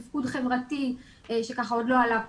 תפקוד חברתי שעוד לא עלה פה,